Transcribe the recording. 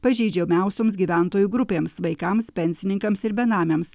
pažeidžiamiausioms gyventojų grupėms vaikams pensininkams ir benamiams